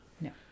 No